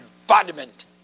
embodiment